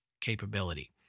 capability